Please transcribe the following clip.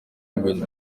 ibintu